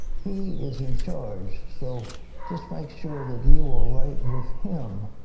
he is in charge. so just make sure that you are right with him.